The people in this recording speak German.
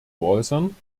äußern